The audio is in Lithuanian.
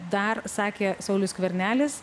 dar sakė saulius skvernelis